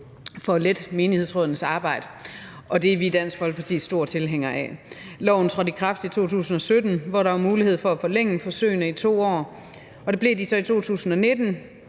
for at lette deres arbejde. Og det er vi i Dansk Folkeparti store tilhængere af. Loven trådte i kraft i 2017, hvor der var mulighed for at forlænge forsøgene i 2 år, og det blev de så i 2019.